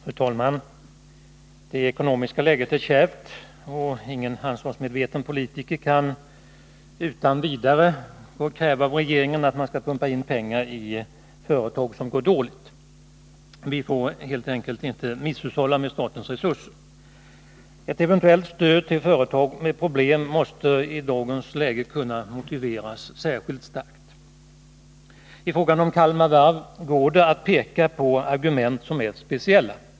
Fru talman! Det ekonomiska läget är kärvt — ingen ansvarsmedveten politiker kan utan vidare kräva av regeringen att man skall pumpa in pengar i företag som går dåligt. Vi får helt enkelt inte misshushålla med statens resurser. Ett eventuellt stöd till företag med problem måste i dagens läge kunna motiveras särskilt starkt. I fråga om Kalmar Varv går det att peka på argument som är speciella.